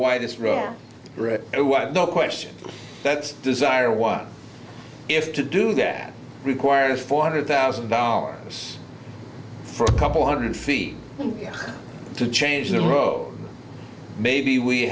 white no question that's desire what if to do that requires four hundred thousand dollars for a couple hundred feet to change the road maybe we